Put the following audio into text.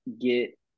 get